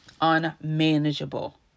unmanageable